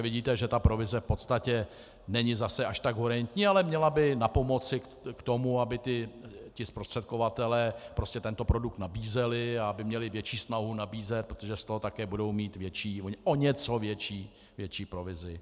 Vidíte, že provize v podstatě není až tak horentní, ale měla by napomoci k tomu, aby zprostředkovatelé prostě tento produkt nabízeli a aby měli větší snahu nabízet, protože z toho také budou mít větší, o něco větší provizi.